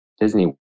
Disney